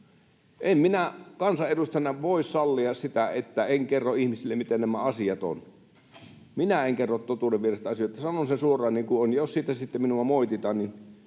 En minä kansanedustajana voi sallia sitä, että en kerro ihmisille, miten nämä asiat ovat. Minä en kerro totuuden vierestä asioita — sanon sen suoraan, niin kuin se on, ja jos siitä sitten minua moititaan, niin